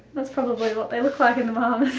that's probably what they look like in